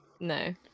no